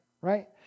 right